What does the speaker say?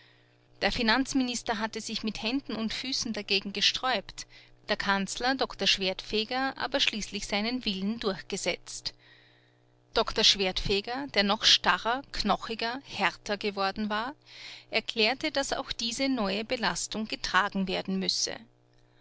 der finanzminister hatte sich mit händen und füßen dagegen gesträubt der kanzler doktor schwertfeger aber schließlich seinen willen durchgesetzt doktor schwertfeger der noch starrer knochiger härter geworden war erklärte daß auch diese neue belastung getragen werden müsse